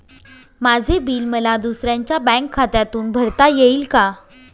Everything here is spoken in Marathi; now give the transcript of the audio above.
माझे बिल मला दुसऱ्यांच्या बँक खात्यातून भरता येईल का?